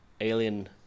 alien